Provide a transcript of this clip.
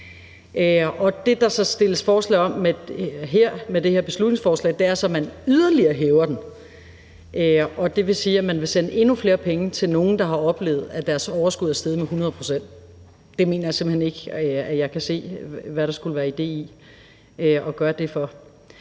det her beslutningsforslag, er, at man yderligere hæver den. Det vil sige, at han vil sende endnu flere penge til nogle, der har oplevet, at deres overskud er steget med hundrede procent. Det mener jeg simpelt hen ikke at kunne se idéen i at gøre.